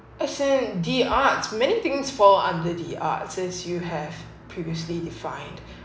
as in the arts many things fall under the arts since you have previously defined